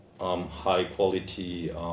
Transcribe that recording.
high-quality